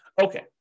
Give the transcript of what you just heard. Okay